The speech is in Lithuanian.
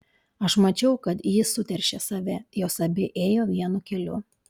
aš mačiau kad ji suteršė save jos abi ėjo vienu keliu